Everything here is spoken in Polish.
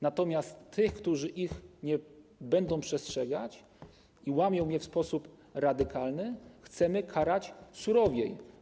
Natomiast tych, którzy ich nie będą przestrzegać i łamią je w sposób radykalny, chcemy karać surowiej.